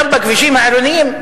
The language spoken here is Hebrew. גם בכבישים העירוניים,